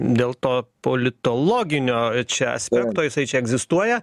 dėl to politologinio čia aspekto jisai čia egzistuoja